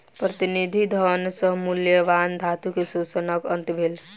प्रतिनिधि धन सॅ मूल्यवान धातु के शोषणक अंत भेल